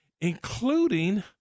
including